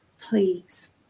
Please